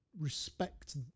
respect